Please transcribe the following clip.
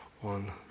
One